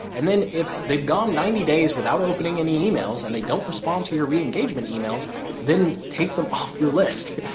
and then if they've gone ninety days without opening any emails and they don't respond to your reengagement emails then take them off your list,